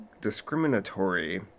discriminatory